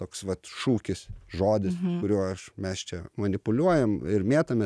toks vat šūkis žodis kuriuo aš mes čia manipuliuojam ir mėtomės